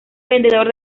vendedor